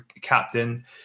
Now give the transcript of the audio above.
captain